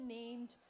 named